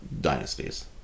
dynasties